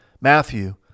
Matthew